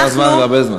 עבר הזמן לפני הרבה זמן.